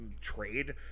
trade